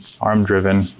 ARM-driven